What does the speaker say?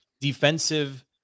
defensive